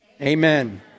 Amen